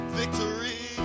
victory